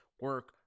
Work